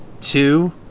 two